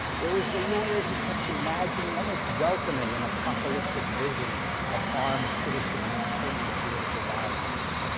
there was the lawyer who kept imagining, almost welcoming, an apocalyptic vision of armed citizens turning to political violence.